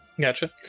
Gotcha